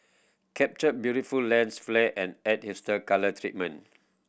capture beautiful lens flare and add hipster colour treatment